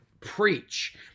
preach